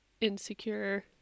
insecure